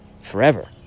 forever